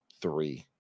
Three